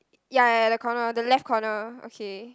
ya ya ya the corner the left corner okay